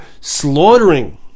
slaughtering